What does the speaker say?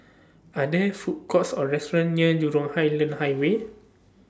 Are There Food Courts Or restaurants near Jurong Island Highway